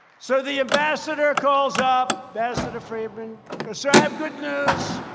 so the ambassador calls up ambassador friedman goes, sir, i have good news.